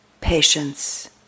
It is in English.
patience